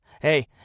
Hey